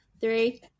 Three